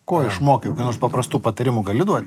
ko išmokai kokių nors paprastų patarimų gali duot